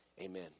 Amen